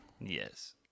yes